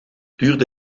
tuurde